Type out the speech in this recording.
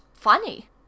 funny